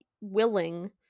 willing